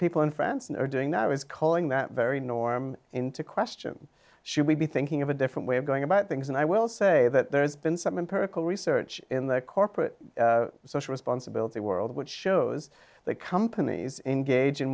people in france are doing now is calling that very norm into question should we be thinking of a different way of going about things and i will say that there's been some in perkel research in the corporate social responsibility world which shows that companies engage in